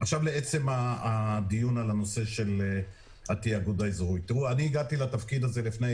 לעצם הדיון בנושא התאגוד האזורי: אני הגעתי לתפקיד לפני